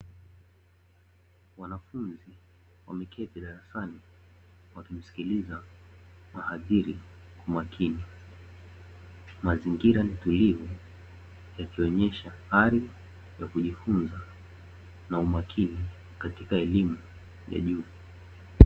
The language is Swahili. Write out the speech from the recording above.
Wanafunzi wameketi darasani wakimsikiliza muadhiri kwa makini, mazingira tulivu yakionesha hali ya kujifunza na umakini katika elimu ya juu.